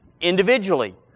individually